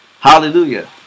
Hallelujah